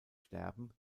sterben